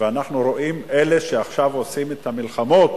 ואנחנו רואים, אלה שעכשיו עושים את המלחמות